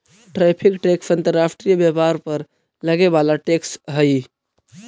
tariff tax अंतर्राष्ट्रीय व्यापार पर लगे वाला टैक्स हई